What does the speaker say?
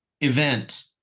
event